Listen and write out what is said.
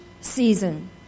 season